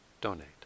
donate